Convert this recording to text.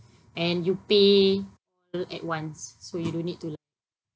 and you pay all at once so you don't need to